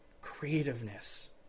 creativeness